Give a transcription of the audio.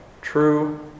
true